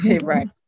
Right